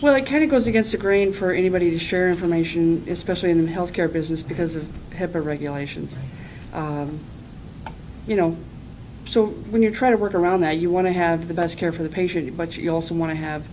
well it kind of goes against the grain for anybody to share information especially in the health care business because of have the regulations you know so when you try to work around that you want to have the best care for the patient but you also want to have